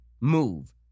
move